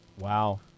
Wow